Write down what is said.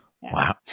Wow